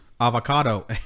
avocado